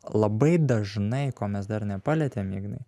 labai dažnai ko mes dar nepalietėm ignai